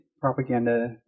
propaganda